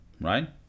right